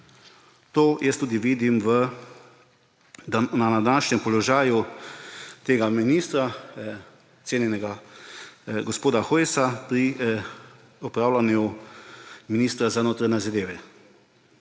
To jaz tudi vidim na današnjem položaju tega ministra, cenjenega gospoda Hojsa, pri opravljanju funkcije ministra za notranje zadeve.